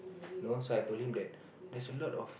you know so I told him that there's a lot of